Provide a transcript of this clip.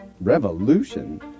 Revolution